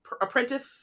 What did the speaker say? Apprentice